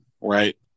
right